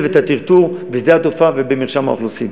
ואת הטרטור בשדה התעופה ובמרשם האוכלוסין.